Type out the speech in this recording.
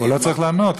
הוא לא צריך לענות.